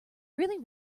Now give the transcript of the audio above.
really